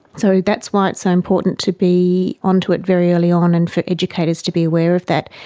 so that's why it's so important to be onto it very early on and for educators to be aware of that.